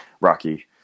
Rocky